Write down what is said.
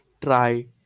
try